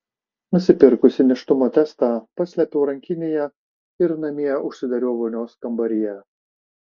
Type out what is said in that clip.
nusipirkusi nėštumo testą paslėpiau rankinėje ir namie užsidariau vonios kambaryje